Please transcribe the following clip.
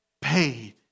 paid